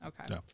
Okay